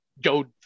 go